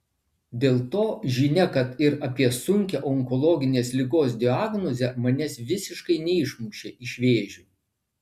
dėl to žinia kad ir apie sunkią onkologinės ligos diagnozę manęs visiškai neišmušė iš vėžių